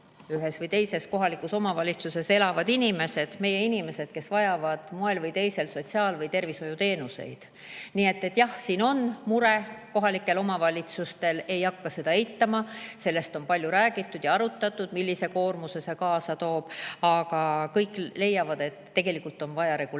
ühes või teises kohalikus omavalitsuses elavad inimesed, meie inimesed, kes vajavad moel või teisel sotsiaal- või tervishoiuteenuseid. Nii et jah, siin kohalikel omavalitsustel mure on, ma ei hakka seda eitama. Sellest on palju räägitud ja seda on arutatud, millise koormuse see kaasa toob. Aga kõik leiavad, et tegelikult on vaja reguleerida